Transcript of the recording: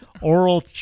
oral